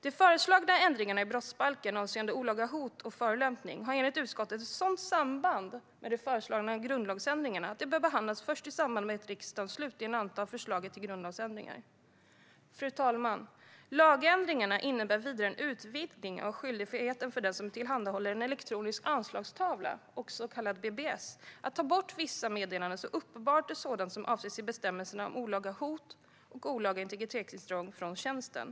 De föreslagna ändringarna i brottsbalken avseende olaga hot och förolämpning har enligt utskottet ett sådant samband med de föreslagna grundlagsändringarna att de bör behandlas först i samband med att riksdagen slutligt antar förslagen till grundlagsändringar. Fru talman! Lagändringarna innebär vidare en utvidgning av skyldigheten för den som tillhandahåller en elektronisk anslagstavla, också kallad BBS, att ta bort vissa meddelanden som uppenbart är sådana som avses i bestämmelserna om olaga hot och olaga integritetsintrång, från tjänsten.